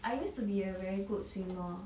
I used to be a very good swimmer